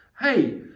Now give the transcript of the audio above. hey